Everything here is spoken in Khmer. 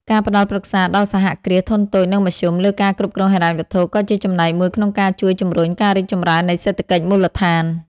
ការផ្ដល់ប្រឹក្សាដល់សហគ្រាសធុនតូច និងមធ្យម លើការគ្រប់គ្រងហិរញ្ញវត្ថុ ក៏ជាចំណែកមួយក្នុងការជួយជម្រុញការរីកចម្រើននៃសេដ្ឋកិច្ចមូលដ្ឋាន។